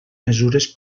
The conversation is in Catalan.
mesures